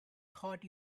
thought